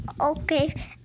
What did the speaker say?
Okay